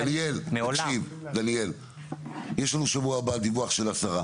דניאל, יש לנו בשבוע הבא דיווח של השרה.